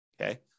okay